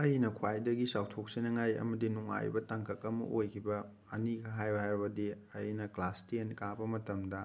ꯑꯩꯅ ꯈ꯭ꯋꯥꯏꯗꯒꯤ ꯆꯥꯎꯊꯣꯛꯆꯅꯤꯡꯉꯥꯏ ꯑꯃꯗꯤ ꯅꯨꯡꯉꯥꯏꯕ ꯇꯥꯡꯀꯛ ꯑꯃ ꯑꯣꯏꯈꯤꯕ ꯑꯅꯤꯈꯛ ꯍꯥꯏꯌꯨ ꯍꯥꯏꯔꯕꯗꯤ ꯑꯩꯅ ꯀ꯭ꯂꯥꯁ ꯇꯦꯟ ꯀꯥꯕ ꯃꯇꯝꯗ